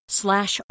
slash